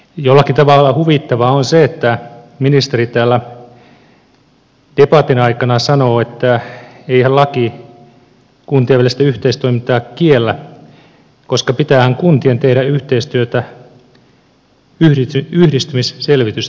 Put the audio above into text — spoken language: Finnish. jollakin tavalla huvittavaa on se että ministeri täällä debatin aikana sanoi että eihän laki kuntien välistä yhteistoimintaa kiellä koska pitäähän kuntien tehdä yhteistyötä yhdistymisselvitystenkin teossa